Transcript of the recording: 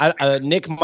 Nick